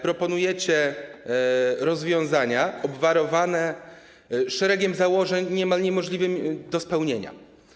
Proponujecie rozwiązania obwarowane szeregiem założeń niemal niemożliwym do spełnienia.